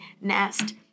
nest